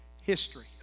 history